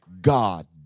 God